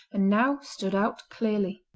and now stood out clearly.